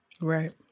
Right